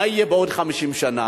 מה יהיה בעוד 50 שנה,